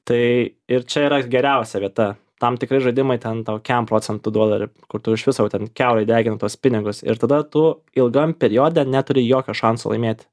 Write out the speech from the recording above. tai ir čia yra geriausia vieta tam tikri žaidimai ten tau kem procentų duoda ir kur tu iš viso jau ten kiaurai degini tuos pinigus ir tada tu ilgam periode neturi jokio šanso laimėti